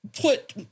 put